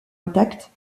intacts